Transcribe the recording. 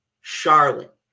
Charlotte